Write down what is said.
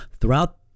throughout